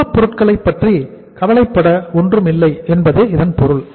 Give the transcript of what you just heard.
மூலப்பொருட்களை பற்றி கவலைப்பட ஒன்றுமில்லை என்பதே இதன் பொருள்